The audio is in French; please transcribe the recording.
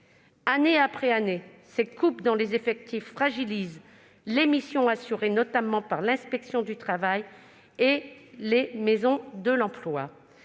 Année après année, ces coupes dans les effectifs fragilisent les missions assurées notamment par l'inspection du travail et les maisons de l'emploi.